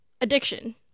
Addiction